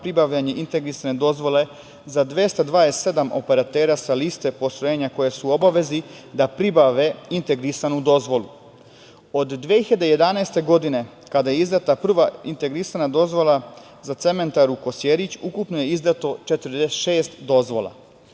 pribavljanje integrisane dozvole za 227 operatera sa liste postrojenja koja su u obavezi da pribave integrisanu dozvolu. Od 2011. godine, kada je izdata prva integrisana dozvola za Cementaru Kosjerić, ukupno je izdato 46 dozvola.